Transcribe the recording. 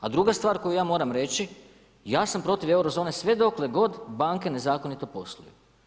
A druga stvar koju ja moram reći, ja sam protiv Eurozone sve dokle god banke nezakonito posluju.